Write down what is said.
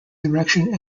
direction